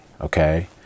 okay